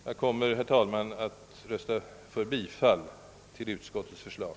Jag kommer, herr talman, att rösta för bifall till utskottets förslag.